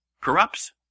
corrupts